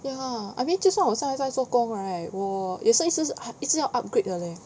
对啦 I mean 就算我现在在做工 right 我也是一直直一直要 upgrade 的 leh